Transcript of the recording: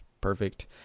perfect